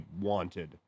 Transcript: wanted